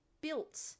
built